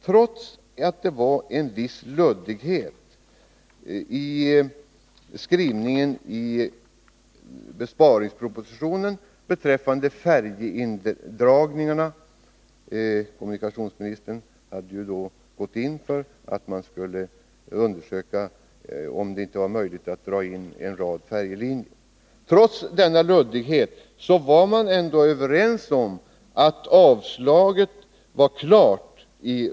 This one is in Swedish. Trots att det i besparingspropositionen var en viss luddighet i skrivningen beträffande färjeindragningarna — kommunikationsministern hade ju då gått in för att man skulle undersöka om detinte var möjligt att dra in en rad färjelinjer — var man ändå överens om att riksdagens avslag var klart.